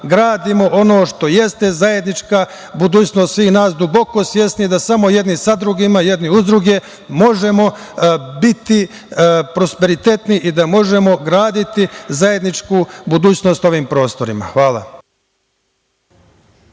gradimo ono što jeste zajednička budućnost svih nas duboko svesni da samo jedni sa drugima i jedni uz druge možemo biti prosperitetni i da možemo graditi zajedničku budućnost na ovim prostorima. Hvala.